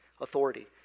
authority